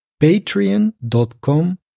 patreon.com